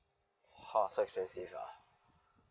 !whoa! so expensive ah